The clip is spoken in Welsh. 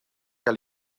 cael